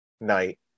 night